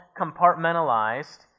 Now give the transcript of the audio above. compartmentalized